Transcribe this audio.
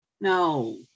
No